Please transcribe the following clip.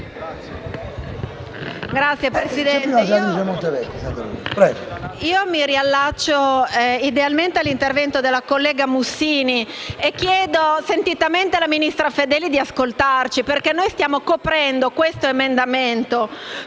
Signor Presidente, mi riallaccio idealmente all'intervento della collega Mussini e chiedo sentitamente alla ministra Fedeli di ascoltarci, perché noi stiamo coprendo questo emendamento